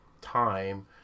time